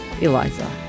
Eliza